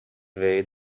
way